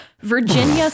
Virginia